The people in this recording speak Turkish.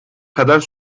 kadar